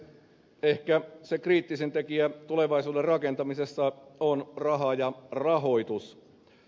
ehkä se kriittisin tekijä tulevaisuuden rakentamisessa on raha ja rahoitus